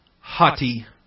Hati